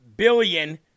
billion